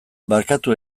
barkatu